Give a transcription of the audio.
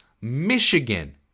michigan